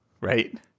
right